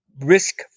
risk